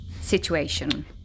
situation